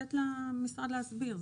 ולתת למשרד להסביר.